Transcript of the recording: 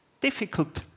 Difficult